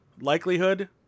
Likelihood